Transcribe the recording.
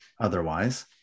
otherwise